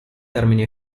termini